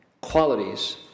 qualities